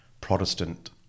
Protestant